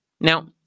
Now